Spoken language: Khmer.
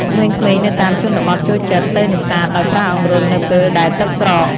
ក្មេងៗនៅតាមជនបទចូលចិត្តទៅនេសាទដោយប្រើអង្រុតនៅពេលដែលទឹកស្រក។